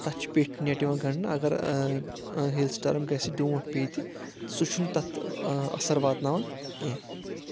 تتھ چھُ پیٹھۍ نیٹ یِوان گنٛڈنہٕ اگر ہِل سٹارم گژھِ ڈوٗٹھ پیٚیہِ تہِ سُہ چھُنہٕ تتھ اثر واتناوان کیٚنہہ